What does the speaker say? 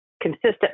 consistent